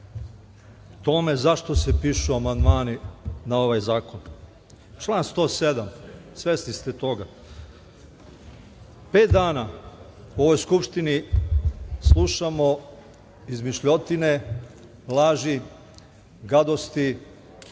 tome zašto se pišu amandmani na ovaj zakon. Član 107. Svesni ste toga. Pet dana u ovoj Skupštini slušamo izmišljotine, laži, gadosti,